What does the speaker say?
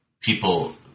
people